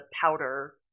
powder